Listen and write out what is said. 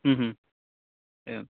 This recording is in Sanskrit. एवम्